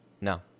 No